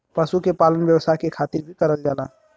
पशु के पालन व्यवसाय के खातिर भी करल जाला